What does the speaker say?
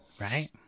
right